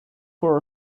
for